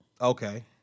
Okay